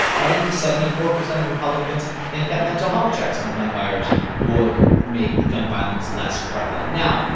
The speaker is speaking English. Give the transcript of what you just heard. and seventy four percent of republicans think that mental health checks on gun buyers would make gun violence less prevalent now,